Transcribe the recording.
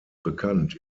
bekannt